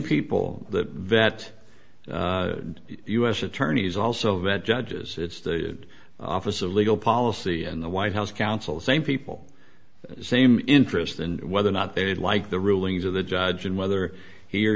people that vet u s attorneys also vet judges it's the office of legal policy and the white house counsel same people same interest and whether or not they like the rulings of the judge and whether he or